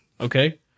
Okay